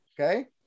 Okay